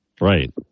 Right